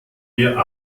wir